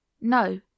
no